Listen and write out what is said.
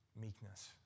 meekness